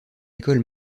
école